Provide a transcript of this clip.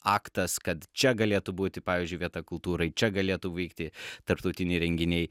aktas kad čia galėtų būti pavyzdžiui vieta kultūrai čia galėtų vykti tarptautiniai renginiai